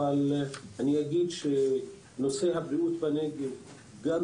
אבל אגיד שנושא הבריאות בנגב מאוד